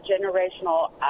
generational